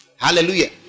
hallelujah